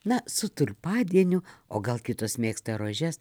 nasu tulpadieniu o gal kitos mėgsta rožes